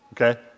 okay